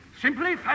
simply